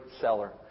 seller